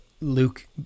Luke